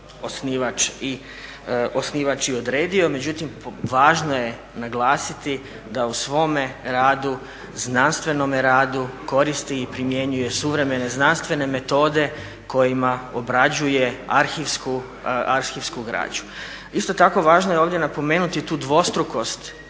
osnivač i odredio. Međutim važno je naglasiti da u svome radu, znanstvenome radu koristi i primjenjuje suvremene znanstvene metode kojima obrađuje arhivsku građu. Isto tako važno je ovdje napomenuti tu dvostrukost